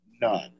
None